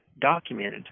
documented